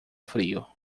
frio